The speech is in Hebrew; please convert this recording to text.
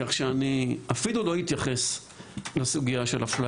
כך שאני אפילו לא אתייחס לסוגיה של אפליה,